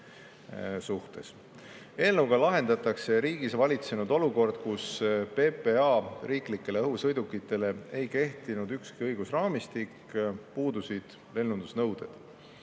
Eelnõuga muudetakse riigis seni valitsenud olukorda, kus PPA riiklikele õhusõidukitele ei kehtinud ükski õigusraamistik, puudusid lennundusnõuded.